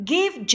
Give